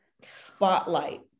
spotlight